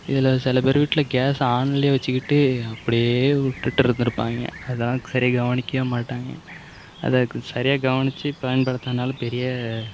இதில் சில பேர் வீட்டில் கேஸ் ஆன்லேயே வச்சுக்கிட்டு அப்படியே விட்டுட்டுருந்துருப்பாங்கே அதான் சரியாக கவனிக்கவே மாட்டாங்க அதை சரியாக கவனித்து பயன்படுத்துறதனால பெரிய